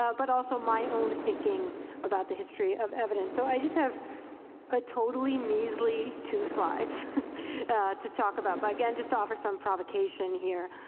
ah but also my own thing about the history of evidence. so i just have a totally measly two slides to talk about, but again just to offer some provocation here.